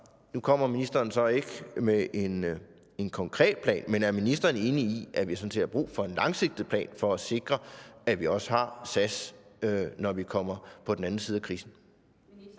nu kommer ministeren så ikke med en konkret plan, men er ministeren enig i, at vi sådan set har brug for en langsigtet plan for at sikre, at vi også har SAS, når vi kommer på den anden side af krisen?